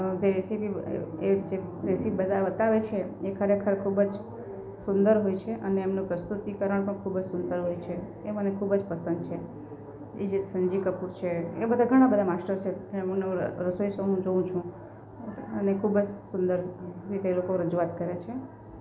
જે રેસીપી એ જે રેસીપી બધા બતાવે છે એ ખરેખર ખૂબ જ સુંદર હોય છે અને એમનું પ્રસ્તુતિકરણ પણ ખૂબ જ સુંદર હોય છે એ મને ખૂબ જ પસંદ છે બીજા એક સંજીવ કપૂર છે એ બધા ઘણા બધા માસ્ટર શેફ છે તેમના બધા રસોઈ શો હું જોઉ છું અને એ ખૂબ જ સુંદર રીતે લોકો રજૂઆત કરે છે